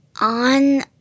on